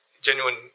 genuine